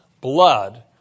blood